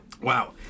Wow